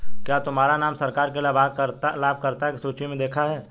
क्या तुम्हारा नाम सरकार की लाभकर्ता की सूचि में देखा है